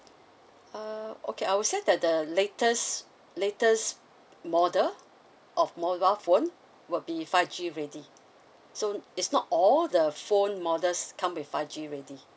uh okay I would say that the latest latest model of mobile phone will be five G ready so it's not all the phone models come with five G ready